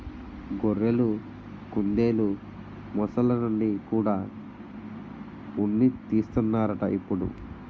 గొర్రెలు, కుందెలు, మొసల్ల నుండి కూడా ఉన్ని తీస్తన్నారట ఇప్పుడు